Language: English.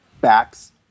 backs